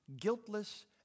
guiltless